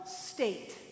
state